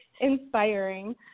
inspiring